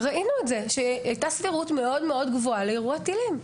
ראינו את זה שהייתה סבירות מאוד מאוד גבוהה לאירוע טילים.